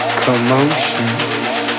commotion